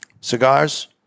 Cigars